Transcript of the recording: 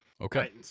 Okay